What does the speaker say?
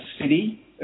city